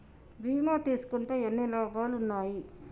బీమా తీసుకుంటే ఎన్ని లాభాలు ఉన్నాయి?